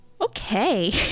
okay